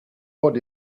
what